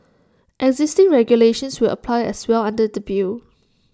existing regulations will apply as well under the bill